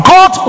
God